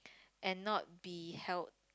and not be held